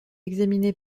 examiné